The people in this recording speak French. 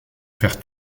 faire